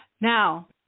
Now